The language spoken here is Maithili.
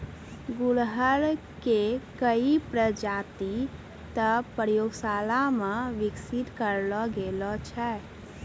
गुड़हल के कई प्रजाति तॅ प्रयोगशाला मॅ विकसित करलो गेलो छै